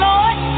Lord